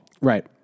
right